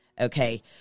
Okay